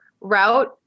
route